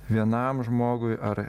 vienam žmogui ar